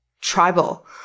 tribal